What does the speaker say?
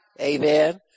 Amen